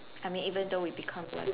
I mean even though we become the